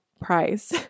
price